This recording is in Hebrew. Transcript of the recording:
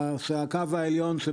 הקו העליון הוא